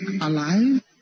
alive